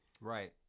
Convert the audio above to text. Right